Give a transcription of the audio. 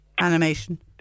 animation